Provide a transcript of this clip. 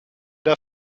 der